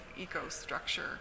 eco-structure